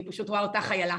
אני פשוט רואה אותך איילה.